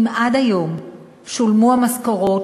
אם עד היום שולמו המשכורות,